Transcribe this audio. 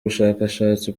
bushakashatsi